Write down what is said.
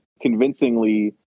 convincingly